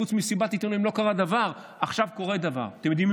חוץ ממסיבת עיתונאים לא קרה דבר.